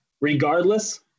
regardless